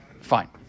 Fine